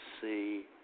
see